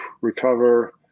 recover